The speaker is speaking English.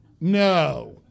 No